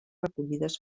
recollides